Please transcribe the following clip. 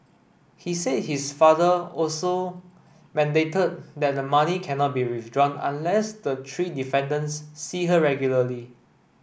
he said his father also mandated that the money cannot be withdrawn unless the three defendants see her regularly